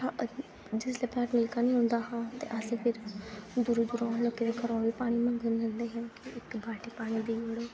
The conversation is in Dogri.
जिसलै घर नलका निं होंदा हा अस फिर दूरू दूरू लोकें दे घरूं बी पानी इक बाल्टी पानी